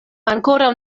ankoraŭ